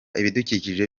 ibidukikije